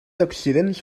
accidents